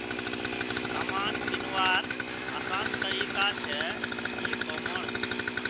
सामान किंवार आसान तरिका छे ई कॉमर्स